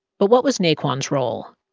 but what was naquan's role?